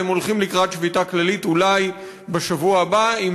והם הולכים לקראת שביתה כללית אולי בשבוע הבא אם